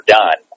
done